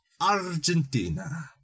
Argentina